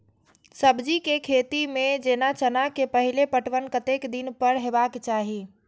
सब्जी के खेती में जेना चना के पहिले पटवन कतेक दिन पर हेबाक चाही?